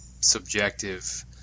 subjective